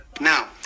now